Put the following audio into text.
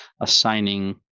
assigning